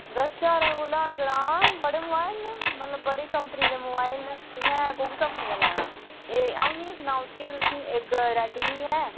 दस ज्हारे कोला अंदर हां बड़े मोवाइल ना मतलब बड़ी कम्पनी दे मोवाइल ना तुसें कोह्की कम्पनी दा लेना अ'ऊं इ'या सनाओ नियां तुसें गी इक रेडमी ऐ